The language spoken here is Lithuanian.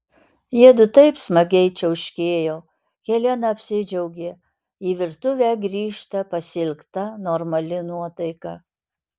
jiedu taip smagiai čiauškėjo helena apsidžiaugė į virtuvę grįžta pasiilgta normali nuotaika